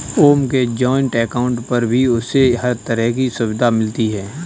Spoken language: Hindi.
ओम के जॉइन्ट अकाउंट पर भी उसे हर तरह की सुविधा मिलती है